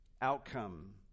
outcome